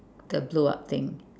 the blow up thing